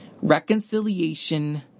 Reconciliation